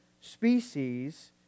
Species